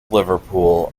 liverpool